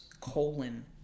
colon